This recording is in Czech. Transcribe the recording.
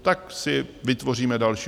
Tak si vytvoříme další.